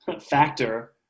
factor